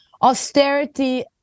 austerity